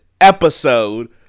episode